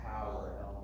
power